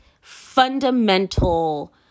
fundamental